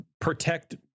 protect